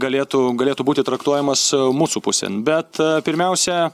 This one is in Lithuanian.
galėtų galėtų būti traktuojamas mūsų pusėn bet pirmiausia